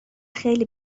خیلی